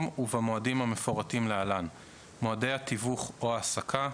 מועדי התיווך/ההעסקה